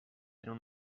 tenen